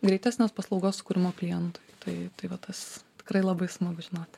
greitesnės paslaugos sukūrimo klientui tai tai va tas tikrai labai smagu žinoti